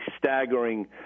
staggering